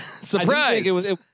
surprise